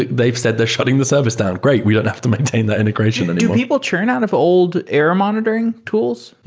they've said they're shutting the service down. great. we don't have to maintain the integration anymore. and do people churn out of old error monitoring tools?